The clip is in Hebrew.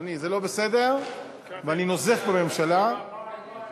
אדוני היושב-ראש, אולי תנעל את הישיבה.